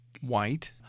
white